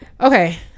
Okay